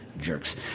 Jerks